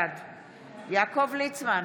בעד יעקב ליצמן,